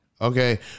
okay